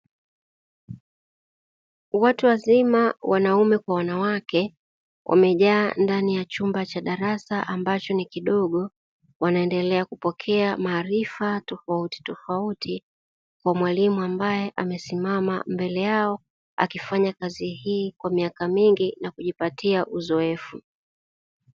Watu wazima wanaume kwa wanawake, wamejaa ndani ya chumba cha darasa ambacho ni kidogo, wanaendelea kupokea maarifa tofautitofauti kwa mwalimu; ambaye amesimama mbele yao, akifanya kazi hii kwa miaka mingi na kujipatia uzoefu.